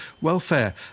Welfare